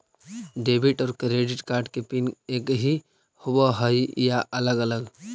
Debit और credit card के PIN एकही होव हइ या अलग अलग?